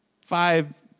five